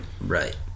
Right